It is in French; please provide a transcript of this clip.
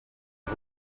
est